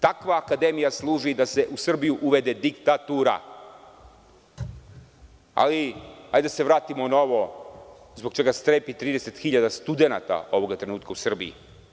Takva akademija služi da se u Srbiji uvede diktatura, ali hajde da se vratimo na ovo zbog čega strepi 30 hiljada studenata ovog trenutka u Srbiji.